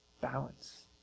balance